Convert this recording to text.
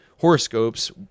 horoscopes